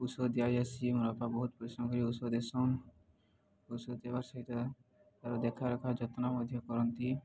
ଔଷଧ ଦିଆ ଆସି ମୋର ବାପା ବହୁତ ପ୍ରସମ କରି ଦେସନ୍ ଔଷଧ ଦେବ ସହିତ ତା'ର ଦେଖା ରଖା ଯତ୍ନ ମଧ୍ୟ କରନ୍ତି